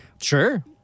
Sure